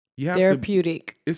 Therapeutic